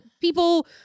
people